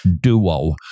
Duo